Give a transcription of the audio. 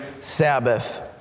sabbath